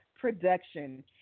Production